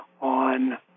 on